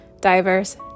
Diverse